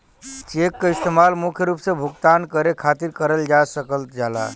check क इस्तेमाल मुख्य रूप से भुगतान करे खातिर करल जा सकल जाला